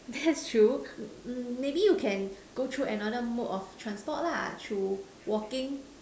that's true mm maybe you can go through another mode of transport lah through walking